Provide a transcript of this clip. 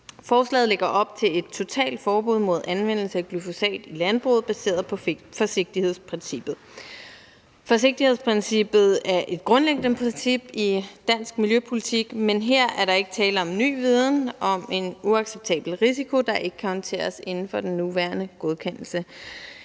Forslaget lægger op til et totalt forbud mod anvendelse af glyfosat i landbruget baseret på forsigtighedsprincippet. Forsigtighedsprincippet er et grundlæggende princip i dansk miljøpolitik, men her er der ikke tale om ny viden om en uacceptabel risiko, der ikke kan håndteres inden for den nuværende godkendelse.